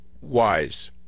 wise